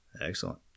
Excellent